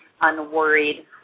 unworried